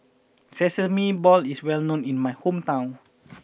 Sesame Balls is well known in my hometown